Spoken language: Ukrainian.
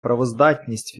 правоздатність